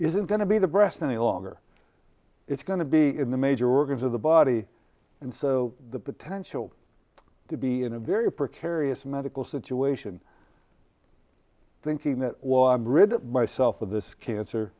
isn't going to be the breast any longer it's going to be in the major organs of the body and so the potential to be in a very precarious medical situation thinking that rid myself of this cancer